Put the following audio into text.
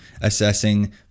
assessing